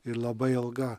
ir labai ilga